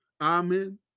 Amen